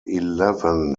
eleven